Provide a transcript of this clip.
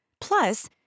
Plus